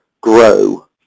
grow